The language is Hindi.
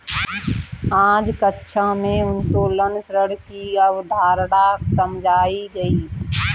आज कक्षा में उत्तोलन ऋण की अवधारणा समझाई गई